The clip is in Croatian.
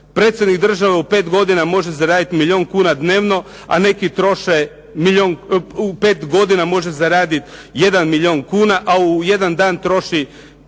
Predsjednik države u 5 godina može zaraditi milijun kuna dnevno, a neki troše. U 5 godina može zaraditi 1 milijun kuna, a u jedan dan troši